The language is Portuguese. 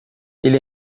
ele